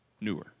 newer